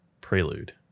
Prelude